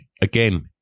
again